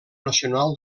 nacional